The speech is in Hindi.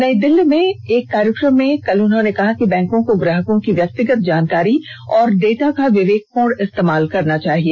नई दिल्ली में एक कार्यक्रम में उन्होंने कहा कि बैंकों को ग्राहकों की व्यक्तिगत जानकारी और डेटा का विवेकपूर्ण इस्तेमाल करना चाहिए